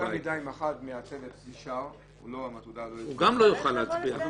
באותה מידה אם אחד מהצוות נשאר --- הוא גם לא יוכל להצביע.